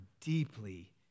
deeply